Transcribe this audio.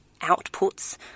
outputs